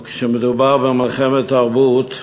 וכשמדובר במלחמת תרבות,